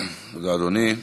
תודה, אדוני.